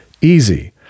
Easy